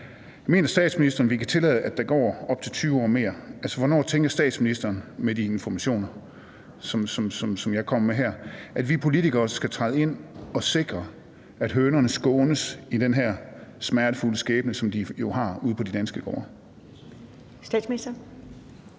Mener statsministeren, vi kan tillade, at der går op til 20 år mere? Altså, hvornår tænker statsministeren – med de informationer, som jeg kommer med her – at vi politikere skal træde ind at sikre, at hønerne skånes for den her smertefulde skæbne, som de jo har ude på de danske gårde?